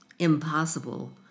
Impossible